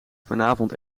vanavond